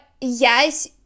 yes